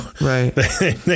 Right